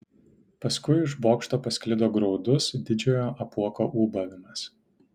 paskui iš bokšto pasklido graudus didžiojo apuoko ūbavimas